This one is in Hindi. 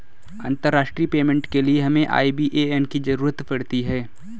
अंतर्राष्ट्रीय पेमेंट के लिए हमें आई.बी.ए.एन की ज़रूरत पड़ती है